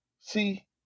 See